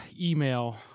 email